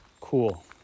Cool